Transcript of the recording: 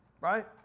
right